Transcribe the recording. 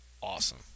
awesome